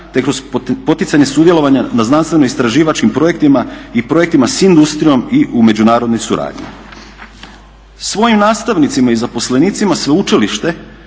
te kroz poticanje sudjelovanja na znanstveno-istraživačkim projektima i projektima s industrijom i u međunarodnoj suradnji. Svojim nastavnicima i zaposlenicima Sveučilište